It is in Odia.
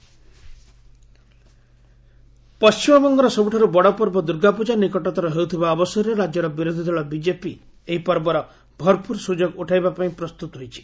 ଡବ୍ଲୁ ବି ବିଜେପି ପଣ୍ଟିମବଙ୍ଗର ସବୁଠାରୁ ବଡ଼ ପର୍ବ ଦୁର୍ଗାପୂଜା ନିକଟତର ହେଉଥିବା ଅବସରରେ ରାଜ୍ୟର ବିରୋଧୀ ଦଳ ବିଜେପି ଏହି ପର୍ବର ଭରପୁର ସୁଯୋଗ ଉଠାଇବା ପାଇଁ ପ୍ରସ୍ତୁତ ହୋଇଛି